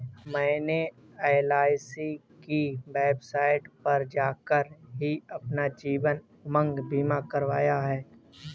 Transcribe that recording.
मैंने एल.आई.सी की वेबसाइट पर जाकर ही अपना जीवन उमंग बीमा करवाया है